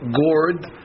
gourd